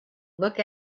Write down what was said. look